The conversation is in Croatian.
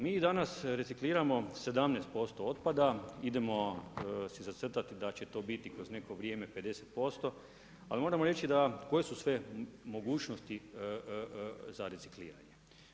Mi danas recikliramo 17% otpada, idemo si zavrtati da će to biti kroz neko vrijeme 50%, ali moramo reći koje su sve mogućnosti za recikliranje.